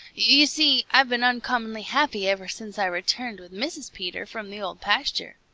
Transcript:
you see, i've been uncommonly happy ever since i returned with mrs. peter from the old pasture.